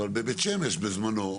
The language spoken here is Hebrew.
בבית שמש, בזמנו,